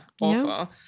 Awful